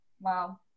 wow